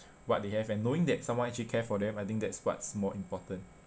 what they have and knowing that someone actually care for them I think that's what's more important